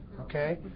okay